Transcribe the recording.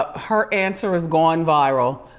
ah her answer has gone viral,